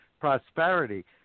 prosperity